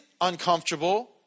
uncomfortable